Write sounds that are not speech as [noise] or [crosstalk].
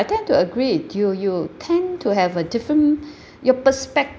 I tend to agree with you you tend to have a different [breath] your perspect~